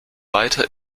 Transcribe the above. weiter